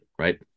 Right